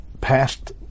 past